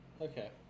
Okay